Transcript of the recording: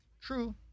True